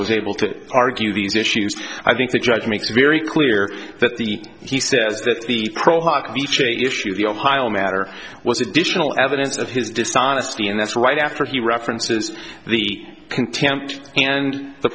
was able to argue these issues i think the judge makes very clear that the he says that the pro hockey change issue of the ohio matter was additional evidence of his dishonesty and that's right after he references the contempt and the